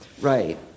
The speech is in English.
Right